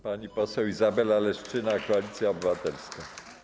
Pani poseł Izabela Leszczyna, Koalicja Obywatelska.